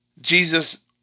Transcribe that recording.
Jesus